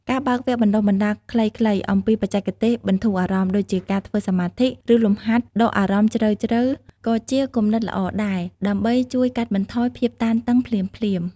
ការបើកវគ្គបណ្ដុះបណ្ដាលខ្លីៗអំពីបច្ចេកទេសបន្ធូរអារម្មណ៍ដូចជាការធ្វើសមាធិ ឬលំហាត់ដកដង្ហើមជ្រៅៗក៏ជាគំនិតល្អដែរដើម្បីជួយកាត់បន្ថយភាពតានតឹងភ្លាមៗ។